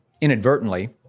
inadvertently